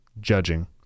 judging